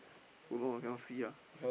don't know I cannot see ah